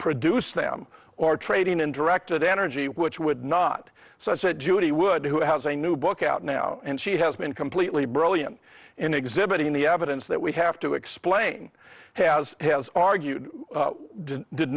produced them or trading in directed energy which would not so i said judy wood who has a new book out now and she has been completely brilliant in exhibiting the evidence that we have to explain has has argued